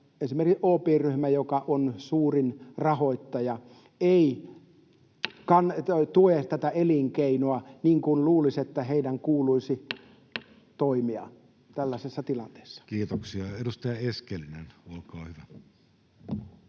esimerkiksi OP-ryhmä, joka on suurin rahoittaja, ei tue tätä elinkeinoa, niin kuin luulisi, että heidän kuuluisi toimia tällaisessa tilanteessa? Kiitoksia. — Edustaja Eskelinen, olkaa hyvä.